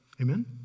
Amen